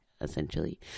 essentially